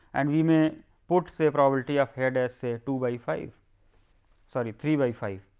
and we may put say probability of head as say two by five sorry three by five,